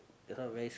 that's why very